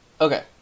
Okay